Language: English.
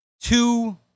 two